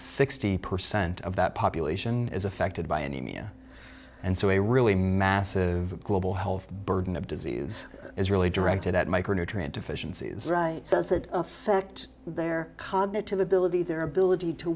sixty percent of that population is affected by anemia and so a really massive global health burden of disease is really directed at micronutrient deficiencies does that affect their cognitive ability their ability to